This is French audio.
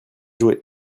jouer